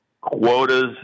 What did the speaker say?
Quotas